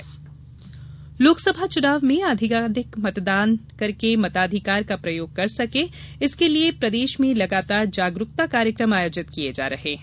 मताधिकार लोकसभा चुनाव में अधिकाधिक मतदाता अपने मताधिकार का प्रयोग कर सके इसके लिए प्रदेश में लगातार जागरुकता कार्यक्रम आयोजित किए जा रहे हैं